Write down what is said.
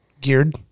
geared